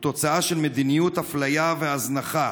הוא תוצאה של מדיניות אפליה והזנחה.